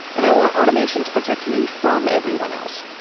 and i want automation to protect me from everyone else.